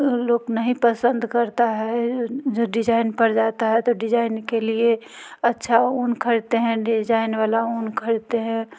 लोग नहीं पसंद करते हैं जो डिजाइन पड़ जाता है तो डिजाइन के लिए अच्छा ऊन ख़रीदते हैं डिजाइन वाला ऊन ख़रीदते हैं